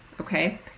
Okay